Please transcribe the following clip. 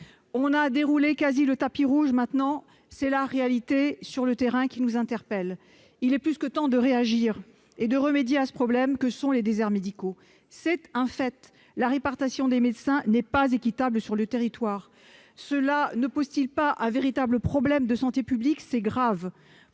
a déroulé le tapis rouge, ou presque. Résultat : la réalité, sur le terrain, continue de nous interpeller. Il est plus que temps de réagir et de remédier à ce problème que sont les déserts médicaux. C'est un fait : la répartition des médecins n'est pas équitable sur le territoire. Cela ne pose-t-il pas un grave problème de santé publique ? Dans mon